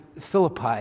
Philippi